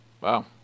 Wow